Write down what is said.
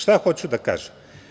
Šta hoću da kažem.